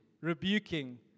rebuking